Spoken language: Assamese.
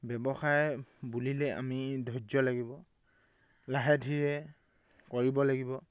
ব্যৱসায় বুলিলে আমি ধৈৰ্য লাগিব লাহে ধীৰে কৰিব লাগিব